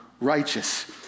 righteous